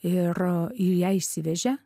ir ir ją išsivežė